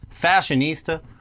fashionista